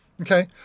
Okay